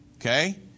Okay